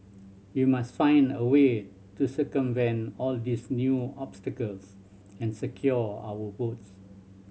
we must find a way to circumvent all these new obstacles and secure our votes